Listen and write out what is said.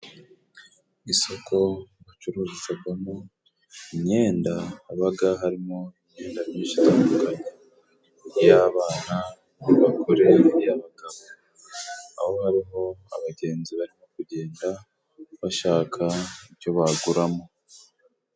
Isoko bacururizagamo imyenda habaga harimo imyenda myinshi itandukanye Iy'abana , iy'abagore n'iy'abagabo aho hariho abagenzi barimo kugenda bashaka ibyo baguramo.